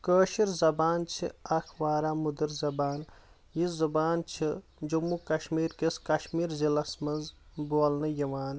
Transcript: کٲشر زبان چھِ اکھ واریاہ مٔدٕر زبان یہِ زُبان چھِ جعمو کشمیٖر کِس کشمیٖر ضلعس منٛز بولنہٕ یِوان